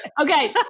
Okay